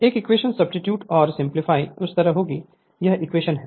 Refer Slide Time 1332 यह expression substitute और simplify इस तरह होगी यह इक्वेशन है